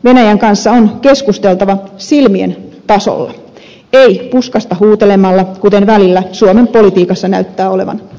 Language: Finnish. venäjän kanssa on keskusteltava silmien tasolla ei puskasta huutelemalla kuten välillä suomen politiikassa näyttää olevan tapana